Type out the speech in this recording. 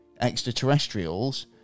extraterrestrials